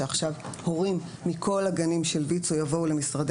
שעכשיו הורים מכל הגנים של ויצו יבואו למשרדי